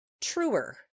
truer